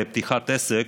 פתיחת עסק,